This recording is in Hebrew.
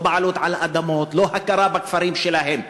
לא בעלות על אדמות ולא הכרה בכפרים שלהם?